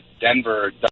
Denver